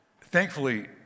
thankfully